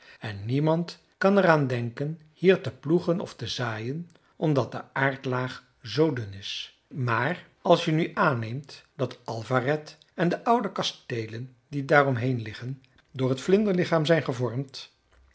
en niemand kan er aan denken hier te ploegen of te zaaien omdat de aardlaag zoo dun is maar als je nu aanneemt dat alvaret en de oude kasteelen die daaromheen liggen door het vlinderlichaam zijn gevormd